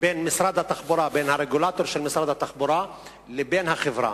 בין הרגולטור של משרד התחבורה לבין החברה.